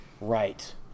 Right